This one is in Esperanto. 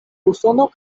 usono